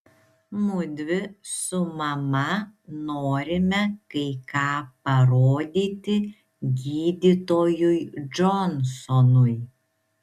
mudvi su mama norime kai ką parodyti gydytojui džonsonui